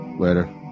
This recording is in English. later